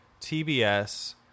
TBS